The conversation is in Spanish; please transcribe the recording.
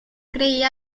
creía